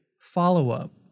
follow-up